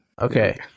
Okay